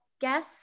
guess